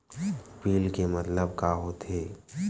Bill के मतलब का होथे?